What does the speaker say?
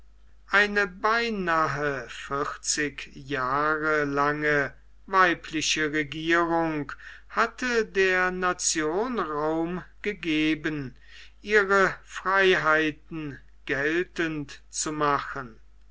eine beinahe vierzig jahre lange weibliche regierung hatte der nation raum gegeben ihre freiheiten geltend zu machen